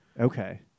Okay